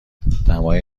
دمای